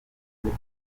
mit